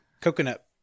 coconut